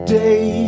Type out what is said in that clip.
day